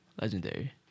Legendary